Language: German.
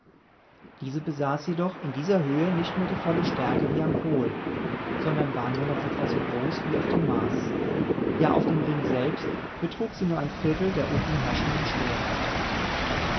diese besaß jedoch in dieser höhe nicht mehr die volle stärke wie am pol sondern war nur noch etwa so groß wie auf dem mars ja auf dem ring selbst betrug sie nur ein viertel der unten herrschenden schwere